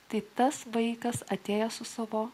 tai tas vaikas atėjęs su savo